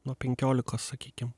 nuo penkiolikos sakykim